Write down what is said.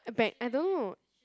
a bang I don't know